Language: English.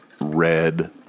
red